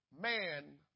man